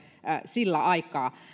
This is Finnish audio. sillä aikaa